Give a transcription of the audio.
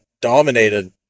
dominated